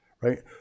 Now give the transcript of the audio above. right